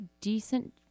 decent